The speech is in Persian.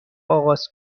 آغاز